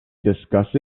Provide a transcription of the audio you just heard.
discuss